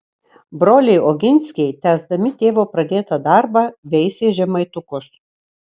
broliai oginskiai tęsdami tėvo pradėtą darbą veisė žemaitukus